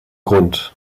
grund